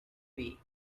pay